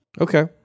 Okay